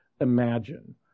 imagine